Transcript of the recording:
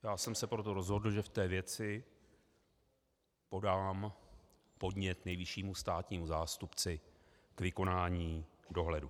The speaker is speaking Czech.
Já jsem se proto rozhodl, že v té věci podám podnět nejvyššímu státnímu zástupci k vykonání dohledu.